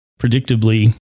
predictably